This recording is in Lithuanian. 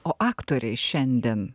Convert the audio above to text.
o aktoriai šiandien